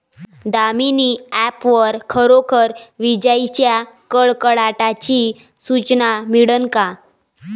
Damini app वर खरोखर विजाइच्या कडकडाटाची सूचना मिळन का?